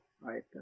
Right